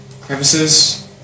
crevices